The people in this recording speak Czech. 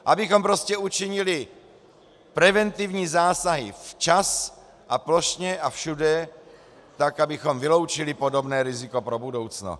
Abychom prostě učinili preventivní zásahy včas, plošně a všude tak, abychom vyloučili podobné riziko pro budoucno.